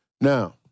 Now